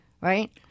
right